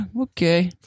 okay